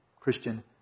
Christian